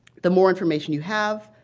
the more information you have,